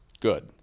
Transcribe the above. Good